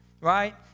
right